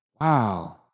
wow